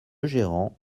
gérant